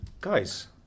Guys